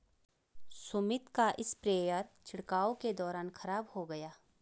सुमित का स्प्रेयर छिड़काव के दौरान खराब हो गया